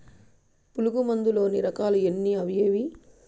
పులుగు మందు లోని రకాల ఎన్ని అవి ఏవి?